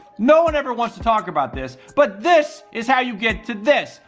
no one ever wants to talk about this but this is how you get to this.